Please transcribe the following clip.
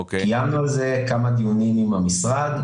קיימנו על זה כמה דיונים עם המשרד,